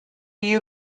you